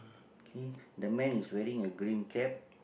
K the man is wearing a green cap